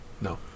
No